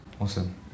Awesome